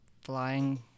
flying